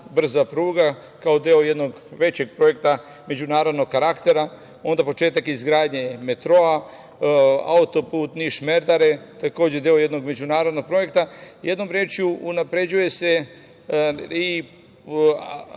brza pruga, kao deo jednog većeg projekta, međunarodnog karaktera, onda početak izgradnje „Metroa“, auto-put „Niš-Merdare“, takođe deo jednog međunarodnog projekta. Jednom rečju unapređuje se i